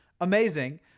amazing